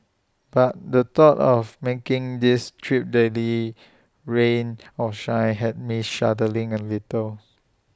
but the thought of making this trip daily rain or shine had me shuddering A little